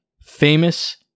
famous